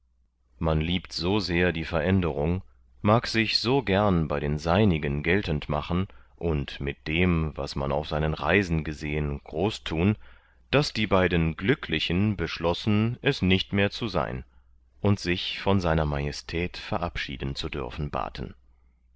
man liebt so sehr die veränderung mag sich so gern bei den seinigen geltend machen und mit dem was man auf seinen reisen gesehen groß thun daß die beiden glücklichen beschlossen es nicht mehr zu sein und sich von sr majestät verabschieden zu dürfen baten